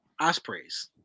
Ospreys